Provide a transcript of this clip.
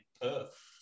Perth